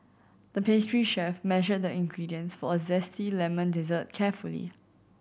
the pastry chef measured the ingredients for a zesty lemon dessert carefully